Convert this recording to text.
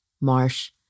Marsh